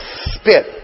Spit